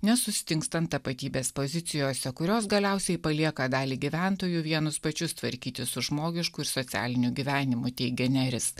nesustingstant tapatybės pozicijose kurios galiausiai palieka dalį gyventojų vienus pačius tvarkytis su žmogišku ir socialiniu gyvenimu teigia neris